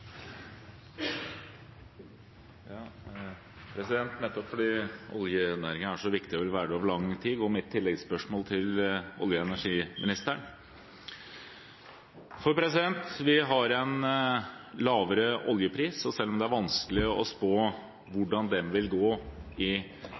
så viktig, og vil være det i lang tid, går mitt oppfølgingsspørsmål til olje- og energiministeren. Vi har en lavere oljepris, og selv om det er vanskelig å spå